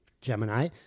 Gemini